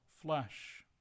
flesh